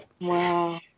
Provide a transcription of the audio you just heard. Wow